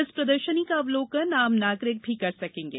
इस प्रदर्शनी का अवलोकन आम नागरिक भी कर सकेंगे